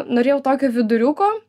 norėjau tokio viduriuko